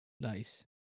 nice